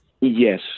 Yes